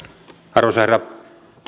arvoisa herra